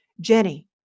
Jenny